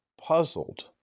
puzzled